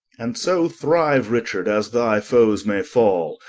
and so thriue richard, as thy foes may fall,